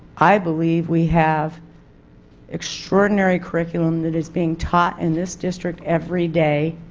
i believe we have extraordinarily curriculum that is being taught in this district every day,